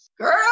Girl